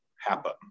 happen